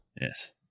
Yes